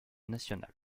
nationale